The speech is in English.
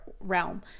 realm